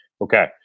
Okay